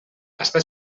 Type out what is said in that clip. està